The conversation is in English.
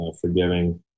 forgiving